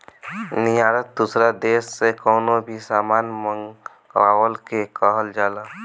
निर्यात दूसरा देस से कवनो भी सामान मंगवला के कहल जाला